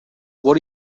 what